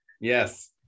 Yes